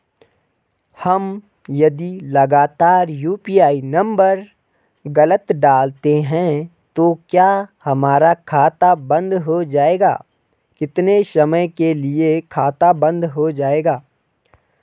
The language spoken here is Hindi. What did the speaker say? हम यदि लगातार यु.पी.आई नम्बर गलत डालते हैं तो क्या हमारा खाता बन्द हो जाएगा कितने समय के लिए खाता बन्द हो जाएगा?